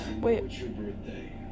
Wait